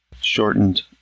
shortened